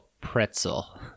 pretzel